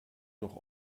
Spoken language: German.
noch